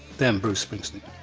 then bruce springsteen.